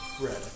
Red